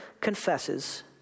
confesses